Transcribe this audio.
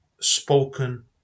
spoken